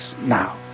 now